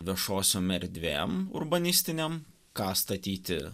viešosiom erdvėm urbanistinėm ką statyti